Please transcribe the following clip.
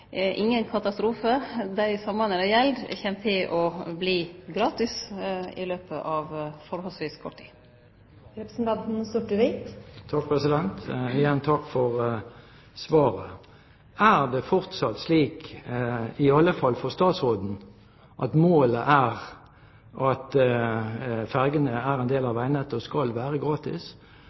ingen katastrofe. Dei sambanda det gjeld, kjem til å verte gratis i løpet av forholdsvis kort tid. Igjen takk for svaret. Er det fortsatt slik, i alle fall for statsråden, at målet er at ferjene er en del av veinettet og skal være gratis?